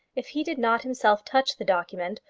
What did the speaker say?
if he did not himself touch the document,